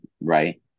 right